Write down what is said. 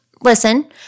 Listen